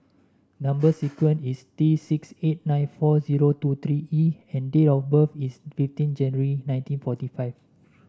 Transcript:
number sequence is T six eight nine four zero two three E and date of birth is fifteen January nineteen forty five